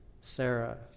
Sarah